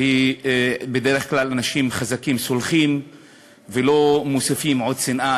ובדרך כלל אנשים חזקים סולחים ולא מוסיפים עוד שנאה.